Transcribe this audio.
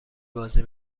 بازی